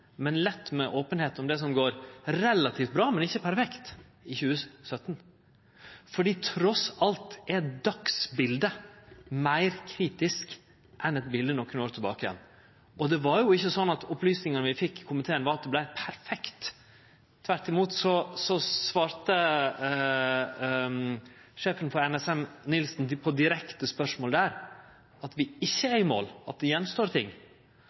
men lett med openheit om det som går relativt bra, men ikkje perfekt, i 2017. Trass alt er dagsbildet meir kritisk enn eit bilde frå nokre år tilbake. Og det var ikkje slik at opplysningane vi fekk i komiteen, var at det var perfekt. Tvert imot svarte sjefen for NSM, Nilsen, på direkte spørsmål at vi ikkje er i mål, at det står igjen ting.